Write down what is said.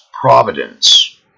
providence